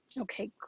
Okay